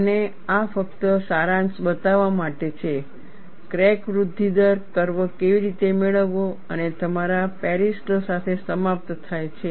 અને આ ફક્ત સારાંશ બતાવવા માટે છે ક્રેક વૃદ્ધિ દર કર્વ કેવી રીતે મેળવવો અને તમારા પેરિસ લૉ સાથે સમાપ્ત થાય છે